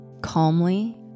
calmly